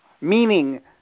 meaning